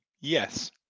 Yes